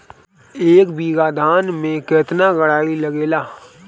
एक बीगहा धान में केतना डाई लागेला?